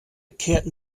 kehrten